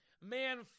Man